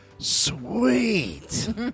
Sweet